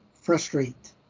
frustrate